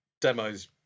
demos